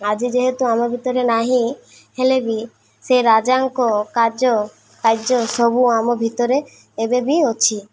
ଆଜି ଯେହେତୁ ଆମ ଭିତରେ ନାହିଁ ହେଲେ ବି ସେ ରାଜାଙ୍କ କାର୍ଯ୍ୟ କାର୍ଯ୍ୟ ସବୁ ଆମ ଭିତରେ ଏବେ ବି ଅଛି